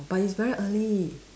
but it's very early